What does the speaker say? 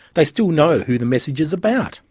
they still know who the message is about.